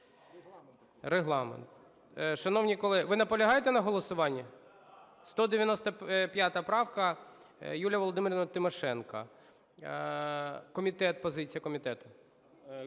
Регламент. Шановні колеги! Ви наполягаєте на голосуванні? 195 правка, Юлія Володимирівна Тимошенко. Позиція комітету.